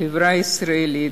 בחברה הישראלית,